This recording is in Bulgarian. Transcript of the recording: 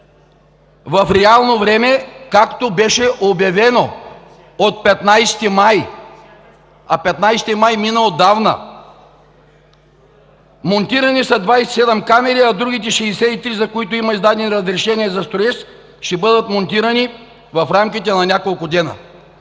в реално време, както беше обявено – от 15 май – а 15 май мина отдавна! Монтирани са 27 камери, а другите 63, за които има издадени разрешения за строеж, ще бъдат монтирани в рамките на няколко дни.“